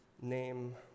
name